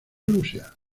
rusia